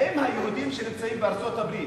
האם היהודים שנמצאים בארצות-הברית